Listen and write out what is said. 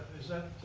is that